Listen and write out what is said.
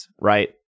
right